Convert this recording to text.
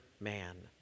man